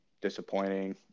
disappointing